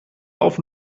auf